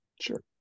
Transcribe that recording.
Sure